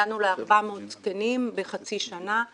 הגענו ל-400 זקנים בחצי שנה.